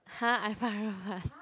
!huh! I five hundred plus